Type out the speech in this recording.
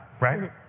right